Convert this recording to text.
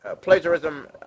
plagiarism